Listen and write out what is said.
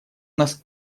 нас